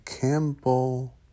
Campbell